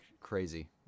crazy